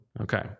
Okay